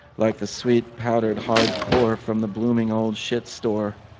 like the sweet, powdered, hard core from the blooming, old, shit store.